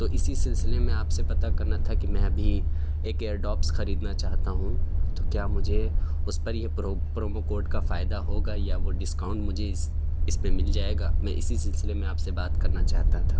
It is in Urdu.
تو اسی سلسلے میں آپ سے پتہ کرنا تھا کہ میں ابھی ایک ایڈوبس خریدنا چاہتا ہوں تو کیا مجھے اس پر یہ پرو پرومو کوڈ کا فائدہ ہوگا یا وہ ڈسکاؤنٹ مجھے اس اس پہ مل جائے گا میں اسی سلسلے میں آپ سے بات کرنا چاہتا تھا